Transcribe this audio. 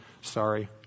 sorry